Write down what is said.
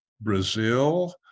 Brazil